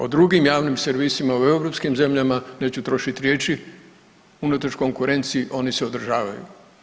O drugima javnim servisima u europskim zemljama, neću trošiti riječi, unatoč konkurenciji, oni se održavaju.